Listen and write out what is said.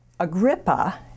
Agrippa